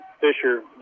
Fisher